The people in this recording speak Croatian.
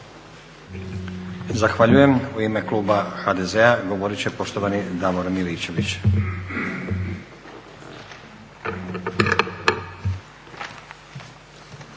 Zahvaljujem. U ime kluba HDZ-a govorit će poštovani Davor Miličević.